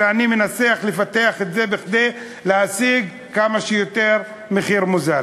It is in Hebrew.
שאני מנסה לפתח את זה כדי להשיג מחיר כמה שיותר מוזל.